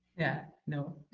yeah, no.